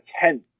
tenth